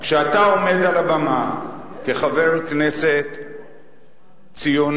כשאתה עומד על הבמה כחבר כנסת ציוני,